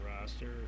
roster